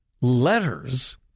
Letters